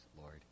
Lord